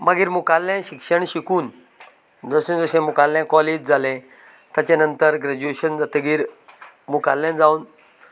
मागीर मुकाल्लें शिक्षण शिकून जशें जशें मुकाल्ले कॉलेज जाले ताचे नंतर ग्रॅज्युएशन जातकीर मुकाल्लें जाऊन